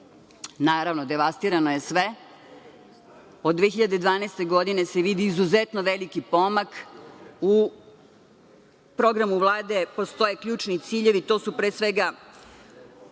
Naravno, devastirano je sve. Od 2012. godine se vidi izuzetno veliki pomak u programu Vlade postoje i ključni ciljevi, ciljevi